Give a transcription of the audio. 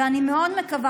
ואני מאוד מקווה,